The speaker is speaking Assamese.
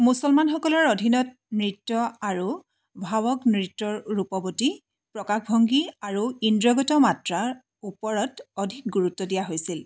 মুছলমানসকলৰ অধীনত নৃত্য আৰু ভাৱগ নৃত্যৰ ৰূপৱতী প্ৰকাশভংগী আৰু ইন্দ্ৰিয়গত মাত্ৰা ওপৰত অধিক গুৰুত্ব দিয়া হৈছিল